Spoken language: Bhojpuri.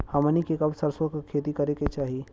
हमनी के कब सरसो क खेती करे के चाही?